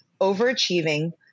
overachieving